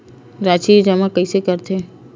राशि जमा कइसे करथे?